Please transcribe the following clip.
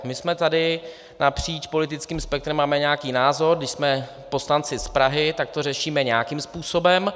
My jsme tady napříč politickým spektrem, máme nějaký názor, když jsme poslanci z Prahy, tak to řešíme nějakým způsobem.